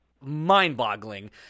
mind-boggling